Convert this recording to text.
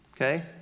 Okay